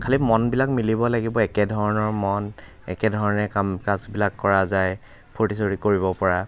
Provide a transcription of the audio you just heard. খালী মনবিলাক মিলিব লাগিব একেধৰণৰ মন একেধৰণে কাম কাজবিলাক কৰা যায় ফূৰ্তি চুৰ্তি কৰিব পৰা